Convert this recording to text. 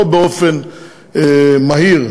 לא באופן מהיר,